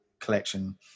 collection